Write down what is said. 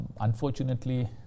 Unfortunately